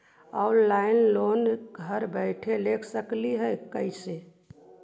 Online loan घर बैठे ले सकली हे, कैसे?